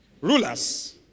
rulers